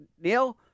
Neil